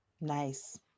Nice